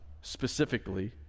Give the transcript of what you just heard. specifically